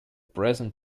present